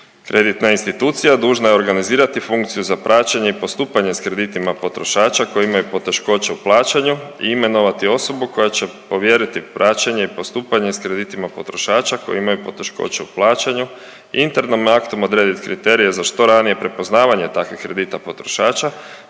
Kreditna institucija dužna je organizirati funkciju za praćenje i postupanje s kreditima potrošača koji imaju poteškoće u plaćanju i imenovati osobu koja će povjeriti praćenje i postupanje s kreditima potrošača koji imaju poteškoća u plaćanju, internim aktom odredit kriterije za što ranije prepoznavanje takvih kredita potrošača,